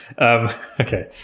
Okay